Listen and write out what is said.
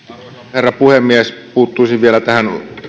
herra puhemies puuttuisin vielä tähän